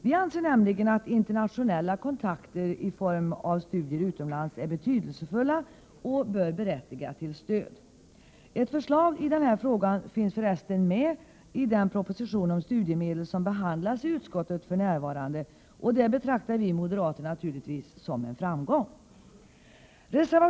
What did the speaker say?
Vi tycker nämligen att internationella kontakter i form av studier utomlands är betydelsefulla och bör berättiga till stöd. Ett förslag i denna fråga finns för resten med i den proposition om studiemedel som för närvarande behandlas i utskottet. Det betraktar vi moderater naturligtvis som en framgång.